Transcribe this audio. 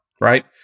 right